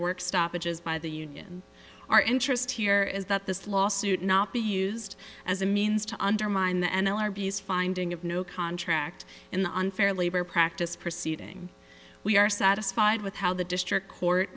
work stoppages by the union our interest here is that this lawsuit not be used as a means to undermine the n l r b is finding of no contract in the unfair labor practice proceeding we are satisfied with how the district court